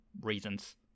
reasons